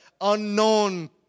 unknown